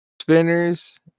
Spinners